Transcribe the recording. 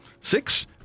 six